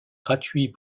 gratuit